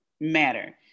matter